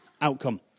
outcome